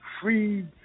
free